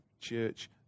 church